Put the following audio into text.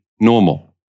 normal